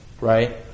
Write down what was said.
right